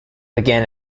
began